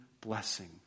blessing